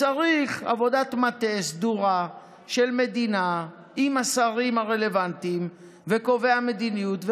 צריך עבודת מטה סדורה של מדינה עם השרים הרלוונטיים וקובעי המדיניות,